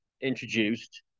introduced